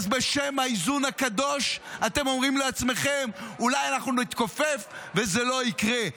אז בשם האיזון הקדוש אתם אומרים לעצמכם: אולי אנחנו נתכופף וזה לא יקרה.